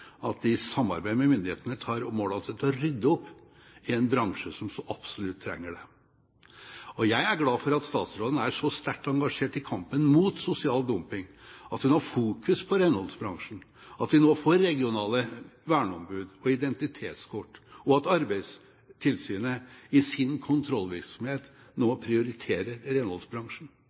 at de i samarbeid med myndighetene tar mål av seg til å rydde opp i en bransje som så absolutt trenger det. Jeg er glad for at statsråden er så sterkt engasjert i kampen mot sosial dumping, for at hun har fokus på renholdsbransjen, for at vi nå får regionale verneombud og identitetskort, og for at Arbeidstilsynet i sin kontrollvirksomhet nå prioriterer renholdsbransjen.